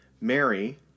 Mary